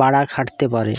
বাড়া ঘটতে পারে